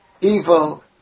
evil